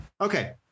Okay